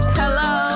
hello